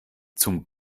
zum